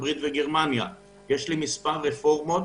יש לי מספר רפורמות